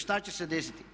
Šta će se desiti?